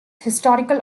historical